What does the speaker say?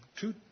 two